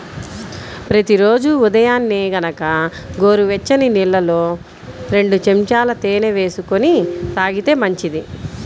ప్రతి రోజూ ఉదయాన్నే గనక గోరువెచ్చని నీళ్ళల్లో రెండు చెంచాల తేనె వేసుకొని తాగితే మంచిది